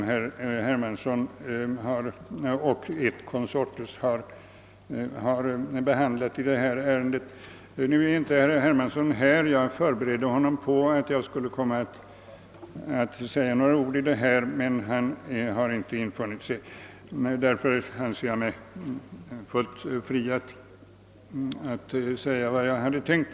Herr Hermansson har inte infunnit sig i kammaren, men eftersom jag förberedde honom på att jag skulle komma att säga några ord anser jag mig fullt fri att yttra vad jag hade tänkt.